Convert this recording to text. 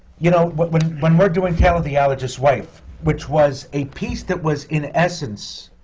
you know, when when we're doing tale of the allergist's wife, which was a piece that was in essence,